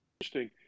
interesting